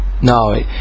no